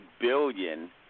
billion